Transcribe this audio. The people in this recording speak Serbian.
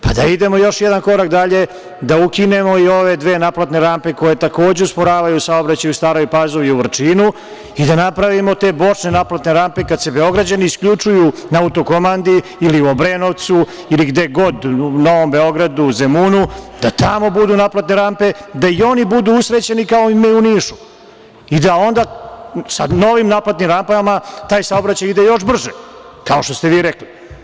Pa da idemo još jedan korak dalje da ukinemo i ove dve naplatne rampe koje usporavaju saobraćaj u Staroj Pazovi i u Vrčinu i da napravimo te bočne naplatne rampe, kada se Beograđani isključuju na Autokomandi ili u Obrenovcu, ili gde god, Novom Beogradu, Zemun, da tamo budu naplatne rampe, da i oni budu usrećeni kao i mi u Nišu i da onda sa novim naplatnim rampama taj saobraćaj ide još brže, kao što ste vi rekli.